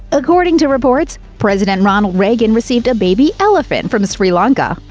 according to reports, president ronald reagan received a baby elephant from sri lanka,